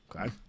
Okay